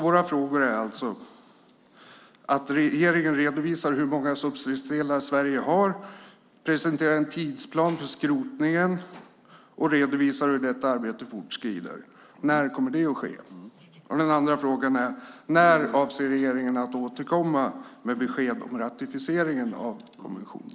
Våra frågor gäller alltså att regeringen redovisar hur många substridsdelar Sverige har, presenterar en tidsplan för skrotningen och redovisar hur arbetet fortskrider. När kommer det att ske? Vidare: När avser regeringen att återkomma med besked om ratificeringen av konventionen?